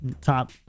Top